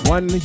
One